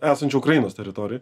esančių ukrainos teritorijoj